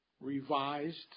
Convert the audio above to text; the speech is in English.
revised